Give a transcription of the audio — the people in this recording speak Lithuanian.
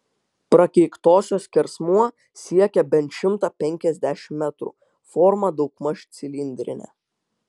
prakeiktosios skersmuo siekia bent šimtą penkiasdešimt metrų forma daugmaž cilindrinė